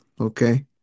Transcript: Okay